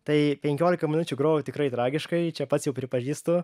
tai penkiolika minučių grojau tikrai tragiškai čia pats jau pripažįstu